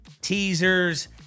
teasers